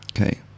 Okay